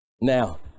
Now